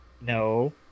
No